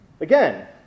Again